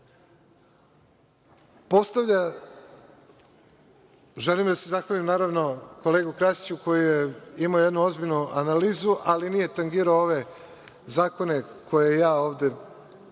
zadovoljni. Želim da se zahvalim kolegi Krasiću, koji je imao jednu ozbiljnu analizu, ali nije tangirao ove zakone koje ja ovde